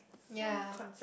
ya